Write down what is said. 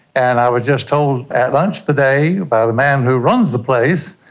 and i was just told at lunch today about a man who runs the place,